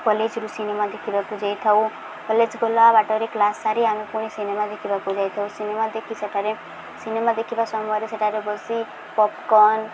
କଲେଜରୁ ସିନେମା ଦେଖିବାକୁ ଯାଇଥାଉ କଲେଜ ଗଲା ବାଟରେ କ୍ଲାସ୍ ସାରି ଆମେ ପୁଣି ସିନେମା ଦେଖିବାକୁ ଯାଇଥାଉ ସିନେମା ଦେଖି ସେଠାରେ ସିନେମା ଦେଖିବା ସମୟରେ ସେଠାରେ ବସି ପପ୍କର୍ଣ୍ଣ୍